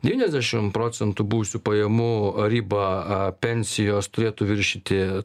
devyniasdešimt procentų buvusių pajamų ribą a pensijos turėtų viršyti